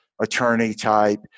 attorney-type